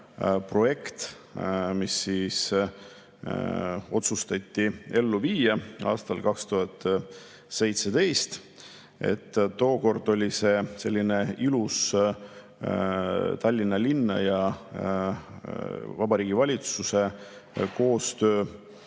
mis otsustati ellu viia aastal 2017, oli tookord selline ilus Tallinna linna ja Vabariigi Valitsuse koostöö